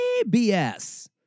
BS